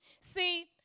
See